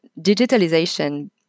digitalization